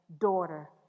Daughter